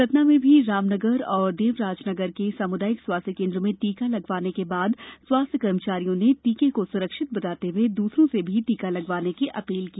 सतना में भी रामनगर और देवराजनगर के सामुदायिक स्वास्थ्य केन्द्र में टीका लगवाने के बाद स्वास्थ्यकर्मियों ने टीके को सुरक्षित बताते हुए दूसरों से भी टीका लगवाने की अपील की